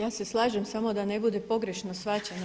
Ja se slažem samo da ne bude pogrešno shvaćeno.